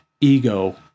ego